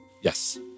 Yes